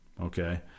okay